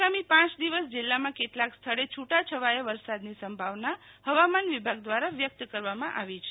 આગામી પાંચ દિવસ જિલ્લામાં કેટલાક સ્થળે છૂટાછવાયા વરસાદની સંભાવના હવામાન વિભાગ દ્વારા વ્યક્ત કરવામં આવી છે